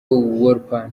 wolper